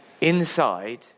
inside